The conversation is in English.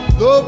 go